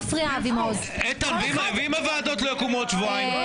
--- ואם הוועדות לא יקומו עוד שבועיים?